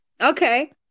Okay